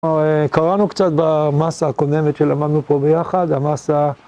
קראנו קצת במסה הקודמת שלמדנו פה ביחד, המסה...